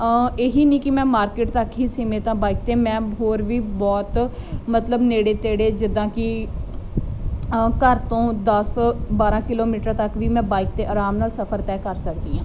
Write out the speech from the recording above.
ਇਹੀ ਨਹੀਂ ਕਿ ਮੈਂ ਮਾਰਕੀਟ ਤੱਕ ਹੀ ਸੀਮਤ ਆ ਬਾਈਕ ਤੇ ਮੈਂ ਹੋਰ ਵੀ ਬਹੁਤ ਮਤਲਬ ਨੇੜੇ ਤੇੜੇ ਜਿੱਦਾਂ ਕੀ ਘਰ ਤੋਂ ਦਸ ਬਾਰਾਂ ਕਿਲੋਮੀਟਰ ਤੱਕ ਵੀ ਮੈਂ ਬਾਈਕ ਤੇ ਆਰਾਮ ਨਾਲ ਸਫਰ ਤੈਅ ਕਰ ਸਕਦੀ ਆਂ